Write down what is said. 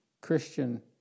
Christian